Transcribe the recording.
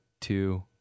two